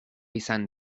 izan